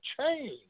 change